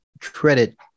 credit